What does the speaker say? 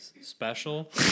special